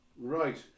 Right